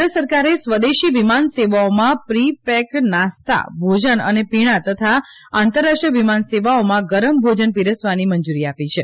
કેન્દ્ર સરકારે સ્વદેશી વિમાન સેવાઓમાં પ્રી પેક્ડ નાસ્તા ભોજન અને પીણા તથા આંતરરાષ્ટ્રીય વિમાન સેવાઓમાં ગરમ ભોજન પીરસવાની મંજૂરી આપી છે